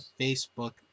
Facebook